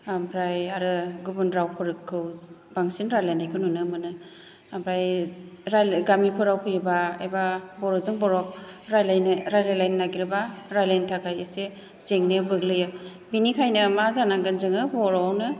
ओमफ्राय आरो गुबुन रावफोरखौ बांसिन रायज्लायनायखौ नुनो मोनो ओमफ्राय गामिफोराव फैयोबा एबा बर'जों बर' रायज्लायलायनो नागिरोबा रायज्लायनो थाखाय एसे जेंनायाव गोग्लैयो बेनिखायनो मा जानांगोन जोङो बर'आवनो